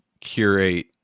Curate